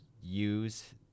use